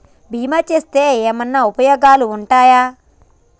బీమా చేస్తే ఏమన్నా ఉపయోగాలు ఉంటయా?